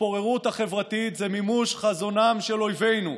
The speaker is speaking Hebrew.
ההתפוררות החברתית, זה מימוש חזונם של אויבינו.